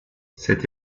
cette